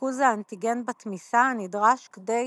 כריכוז האנטיגן בתמיסה הנדרש כדי